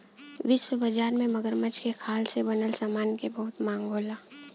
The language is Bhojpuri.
विश्व बाजार में मगरमच्छ के खाल से बनल समान के बहुत मांग होला